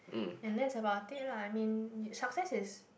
and that's about that lah I mean in success is